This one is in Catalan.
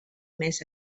més